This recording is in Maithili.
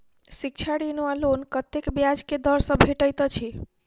शिक्षा ऋण वा लोन कतेक ब्याज केँ दर सँ भेटैत अछि?